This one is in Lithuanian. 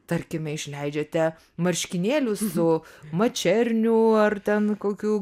tarkime išleidžiate marškinėlius su mačerniu ar ten kokiu